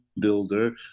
builder